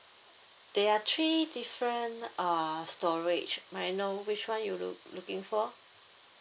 there are three different uh storage may I know which one you loo~ looking for